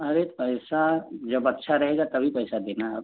अरे पैसा जब अच्छा रहेगा तभी पैसा देना आप